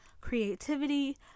Creativity